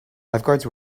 lifeguards